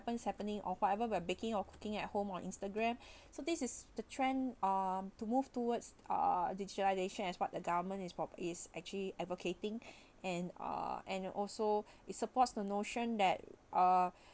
what's happening or whatever we're baking or cooking at home on instagram so this is the trend um to move towards uh digitalisation as what the government is prop~ is actually advocating and uh and also it supports the notion that uh